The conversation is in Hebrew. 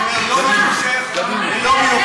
יאללה,